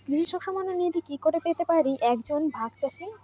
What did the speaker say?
কৃষক সন্মান নিধি কি করে পেতে পারে এক জন ভাগ চাষি?